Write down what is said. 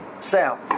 sound